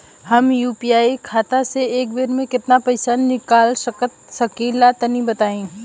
हम यू.पी.आई खाता से एक बेर म केतना पइसा निकाल सकिला तनि बतावा?